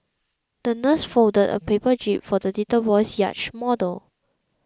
the nurse folded a paper jib for the little boy's yacht model